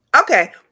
Okay